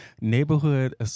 Neighborhood